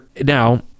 now